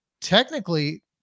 technically